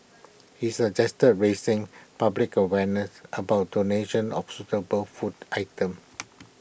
he suggested raising public awareness about donations of suitable food items